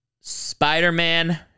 Spider-Man